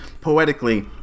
poetically